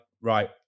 right